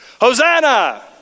Hosanna